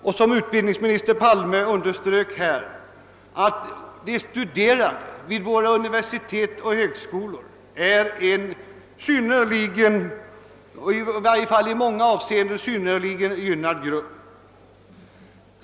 Såsom utbildningsminister Palme underströk måste man säga att de studerande vid våra universitet och högskolor är en i många avseenden synnerligen gynnad grupp.